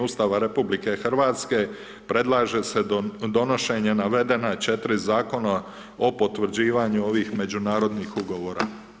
Ustava RH, predlaže se donošenje navedena 4 zakona o potvrđivanju ovih međunarodnih ugovora.